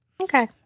Okay